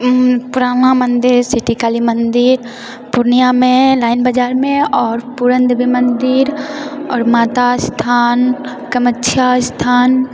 पुराना मंदिर सिटी काली मंदिर पूर्णियामे लाइन बजारमे आओर पूरण देवी मंदिर आओर माता स्थान कामख्या स्थान